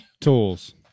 Tools